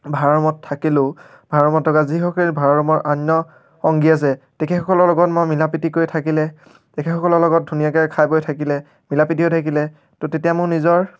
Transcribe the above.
ভাড়া ৰুমত থাকিলেও ভাড়া ৰুমত থকা যিসকলে ভাড়া ৰুমৰ অন্য সংগী আছে তেখেতসকলৰ লগত মই মিলা প্ৰীতিকৈ থাকিলে তেখেতসকলৰ লগত ধুনীয়াকৈ খাই বৈ থাকিলে মিলা প্ৰীতিৰে থাকিলে তো তেতিয়া মোৰ নিজৰ